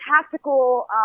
tactical